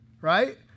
right